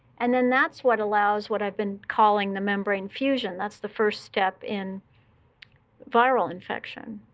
and then that's what allows what i've been calling the membrane fusion. that's the first step in viral infection.